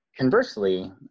Conversely